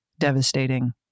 devastating